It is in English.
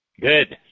Good